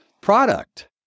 product